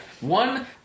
One